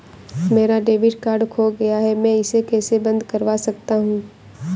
मेरा debit card खो गया है मैं इसे कैसे बंद करवा सकता हूँ?